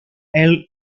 earl